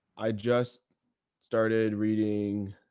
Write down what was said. i just started reading.